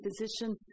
position